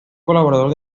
colaborador